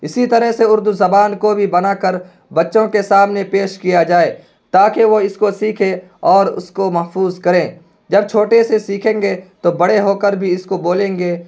اسی طرح سے اردو زبان کو بھی بنا کر بچوں کے سامنے پیش کیا جائے تاکہ وہ اس کو سیکھیں اور اس کو محفوظ کریں جب چھوٹے سے سیکھیں گے تو بڑے ہو کر بھی اس کو بولیں گے